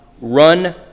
Run